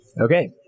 Okay